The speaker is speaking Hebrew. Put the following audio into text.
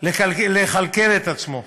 לכלכל את עצמו.